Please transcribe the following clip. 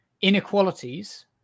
Inequalities